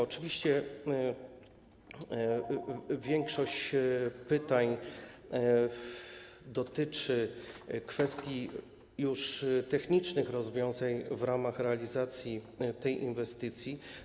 Oczywiście większość pytań dotyczy kwestii technicznych rozwiązań dotyczących realizacji tej inwestycji.